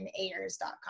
Ayers.com